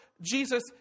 Jesus